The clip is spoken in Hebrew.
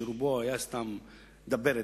שרובו היה סתם דברת.